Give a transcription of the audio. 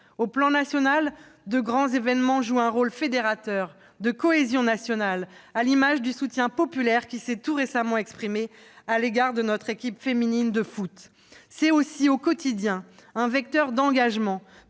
le plan national, de grands événements jouent un rôle fédérateur, de cohésion nationale, à l'image du soutien populaire qui s'est tout récemment exprimé à l'égard de notre équipe féminine de foot. C'est aussi, au quotidien, un vecteur d'engagement